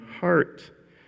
heart